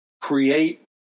Create